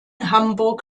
hamburg